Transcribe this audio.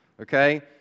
okay